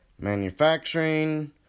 manufacturing